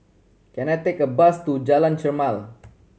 can I take a bus to Jalan Chermai